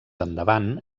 endavant